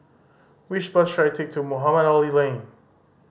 which bus should I take to Mohamed Ali Lane